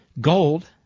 Gold